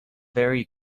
very